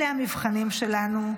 אלה המבחנים שלנו,